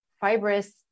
fibrous